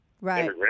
Right